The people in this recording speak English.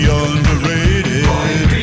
underrated